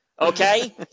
okay